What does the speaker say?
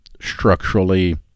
structurally